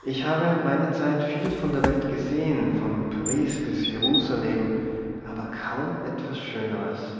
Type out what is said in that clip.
ich habe meiner zeit viel von der welt gesehen von paris bis jerusalem aber kaum etwas schöneres